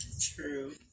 True